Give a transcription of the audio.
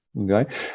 Okay